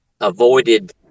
avoided